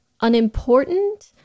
unimportant